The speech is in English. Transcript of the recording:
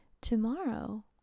Tomorrow